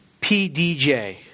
PDJ